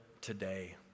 today